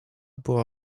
była